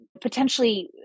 potentially